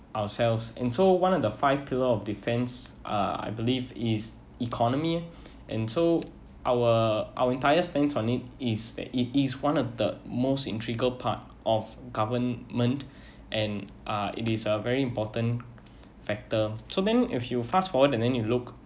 ourselves and so one of the five pillar of defence uh I believe is economy and so our our entire stance on it is that it is one of the most integral part of government and uh it is a very important factor so then if you fast forward and then you look